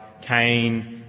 Cain